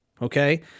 Okay